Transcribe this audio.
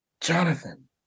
Jonathan